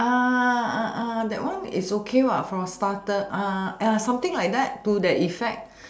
uh that one is okay what for starter something like that to that effect